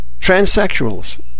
Transsexuals